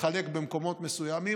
לחלק במקומות מסוימים.